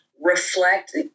reflect